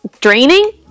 Draining